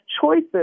choices